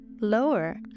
lower